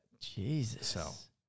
Jesus